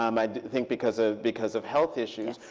um i think because of because of health issues.